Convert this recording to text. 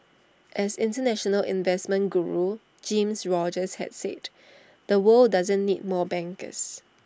as International investment Guru Jim Rogers has said the world doesn't need more bankers